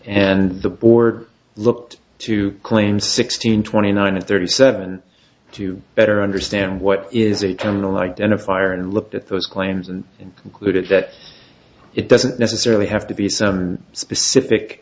and the board looked to claim sixteen twenty nine and thirty seven to better understand what is a terminal like in a fire and looked at those claims and included that it doesn't necessarily have to be some specific